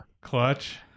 clutch